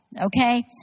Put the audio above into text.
okay